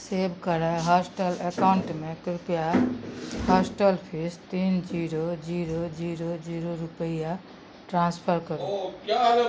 सेब करय हॉस्टल एकाउंटमे कृप्या हॉस्टल फीस तीन जीरो जीरो जीरो जीरो रूपैआ ट्रांसफर करू